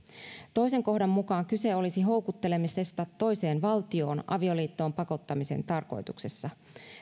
toisen kohdan mukaan kyse olisi houkuttelemisesta toiseen valtioon avioliittoon pakottamisen tarkoituksessa